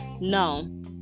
No